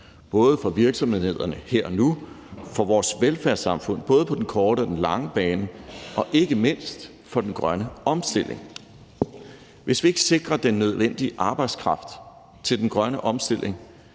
både for virksomhederne her og nu, for vores velfærdssamfund både på den korte og den lange bane og ikke mindst for den grønne omstilling. Hvis vi ikke sikrer den nødvendige arbejdskraft til den grønne omstilling,